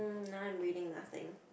now I'm reading nothing